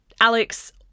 Alex